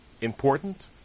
important